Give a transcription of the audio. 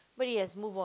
but yes move on